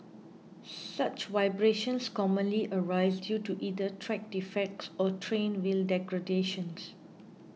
such vibrations commonly arise due to either track defects or train wheel degradation